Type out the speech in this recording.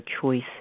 choices